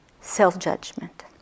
self-judgment